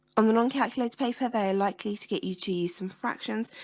on the non calculator paper very likely to get you to use some fractions.